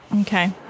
Okay